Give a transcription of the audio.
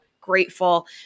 grateful